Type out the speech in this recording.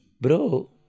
Bro